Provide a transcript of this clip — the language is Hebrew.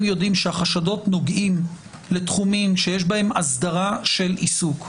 יודעים שהחשדות נוגעים לתחומים שיש בהם אסדרה של עיסוק,